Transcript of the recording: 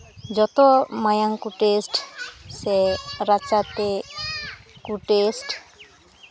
ᱡᱚᱛᱚ ᱢᱟᱭᱟᱝ ᱠᱚ ᱴᱮᱥᱴ ᱥᱮ ᱨᱟᱪᱟᱛᱮ ᱠᱚ ᱴᱮᱥᱴ